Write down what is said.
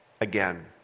again